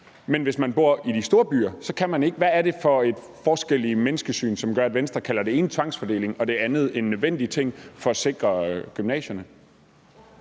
men hvis man bor i de store byer, kan man ikke. Hvad er det for en forskel i menneskesyn, som gør, at Venstre kalder det ene for tvangsfordeling og det andet for en nødvendig ting for at sikre gymnasierne?